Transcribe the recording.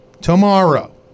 tomorrow